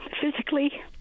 physically